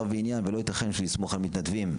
ועניין ולא ייתכן שנסמוך על מתנדבים.